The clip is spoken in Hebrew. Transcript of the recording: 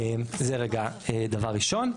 זה רגע דבר ראשון.